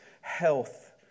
health